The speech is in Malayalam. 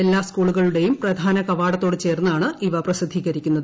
എല്ലാ സ്കൂളുകളുടെയും പ്രധാന കവാടത്തോട് ചേർന്നാണ് ഇവ പ്രസിദ്ധികരിക്കുന്നത്